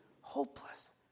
hopeless